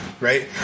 right